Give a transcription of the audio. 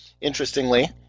interestingly